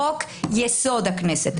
"חוק-יסוד: הכנסת",